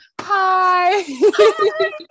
Hi